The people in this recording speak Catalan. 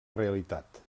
realitat